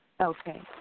Okay